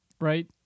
Right